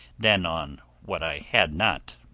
than on what i had not.